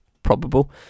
probable